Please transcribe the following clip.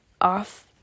off